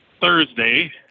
Thursday